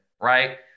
right